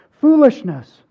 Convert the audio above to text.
foolishness